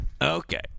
Okay